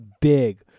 big